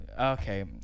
okay